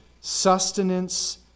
sustenance